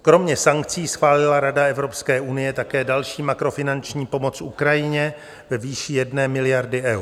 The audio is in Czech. Kromě sankcí schválila Rada Evropské unie také další makrofinanční pomoc Ukrajině ve výši 1 miliardy eur.